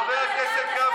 חבר הכנסת גפני,